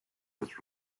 was